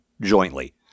jointly